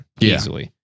easily